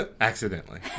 Accidentally